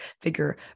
figure